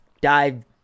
dive